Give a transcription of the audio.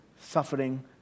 suffering